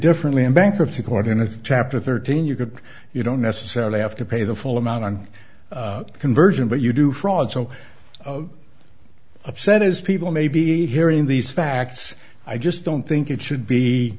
differently in bankruptcy court in a chapter thirteen you could you don't necessarily have to pay the full amount on the conversion but you do fraud so upset as people may be hearing these facts i just don't think it should be